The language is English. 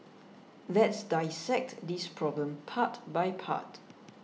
let's dissect this problem part by part